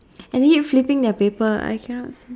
and they keep flipping their paper I cannot